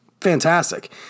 fantastic